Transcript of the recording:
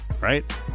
right